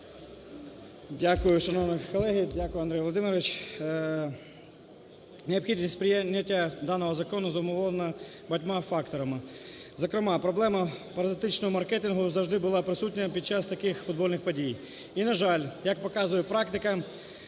Дякую, шановні колеги. Дякую, Андрій Володимирович. Необхідність прийняття даного закону зумовлена багатьма факторами. Зокрема, проблема паразитичного маркетингу завжди була присутня під час таких футбольних подій. І, на жаль, як показує практика